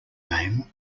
name